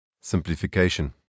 Simplification